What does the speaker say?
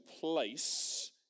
place